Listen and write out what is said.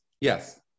Yes